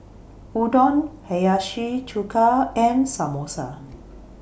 Udon Hiyashi Chuka and Samosa